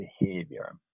behavior